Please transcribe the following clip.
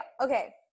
okay